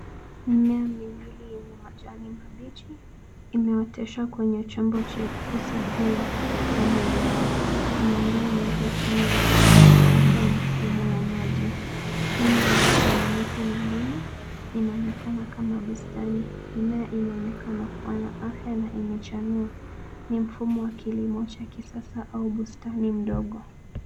Mimea miwili yenye majani mabichi imeoteshwa kwenye chombo cheusi juu ya fremu ya mbao. Kuna ndoo nyeupe chini yake labda mfumo wa maji. Nyuma yao kuna miti mingine inaonekana kama bustani. Mimea inaonekana kuwa na afya na imechanua. Ni mfumo wa kilimo cha kisasa au bustani mdogo.